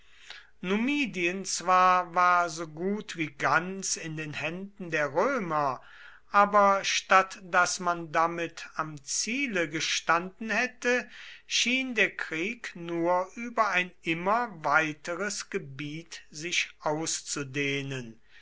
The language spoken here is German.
numidien zwar war so gut wie ganz in den händen der römer aber statt daß man damit am ziele gestanden hätte schien der krieg nur über ein immer weiteres gebiet sich auszudehnen